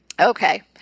Okay